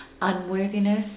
unworthiness